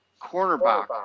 cornerback